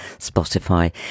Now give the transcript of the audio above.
spotify